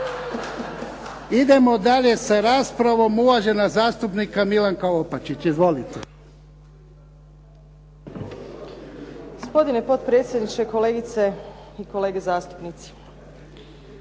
Idemo dalje sa raspravom. Uvažena zastupnica Milanka Opačić. Izvolite.